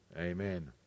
Amen